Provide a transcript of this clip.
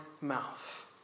mouth